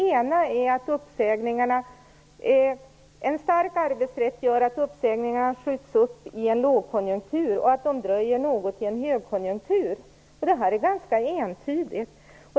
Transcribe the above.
En stark arbetsrätt gör att uppsägningarna skjuts upp i en lågkonjunktur och dröjer något i en högkonjunktur, och det här är ganska entydigt.